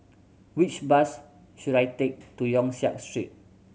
which bus should I take to Yong Siak Street